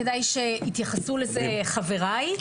שכדאי שיתייחסו לזה חבריי,